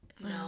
No